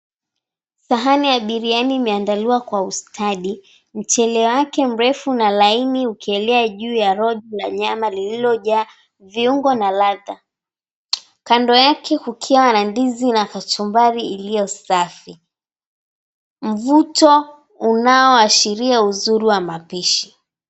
Sahani ya biriani imeandaliwa kwa ustadi, mchele wake mrefu na laini ukielea juu ya rojo la nyama lililojaa viungo na ladha kando yake kukiwa na ndizi na kachumbari ilio safi. Mvuto unaoashiria uzuri wa mapishi.